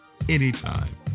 anytime